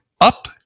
up